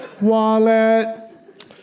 wallet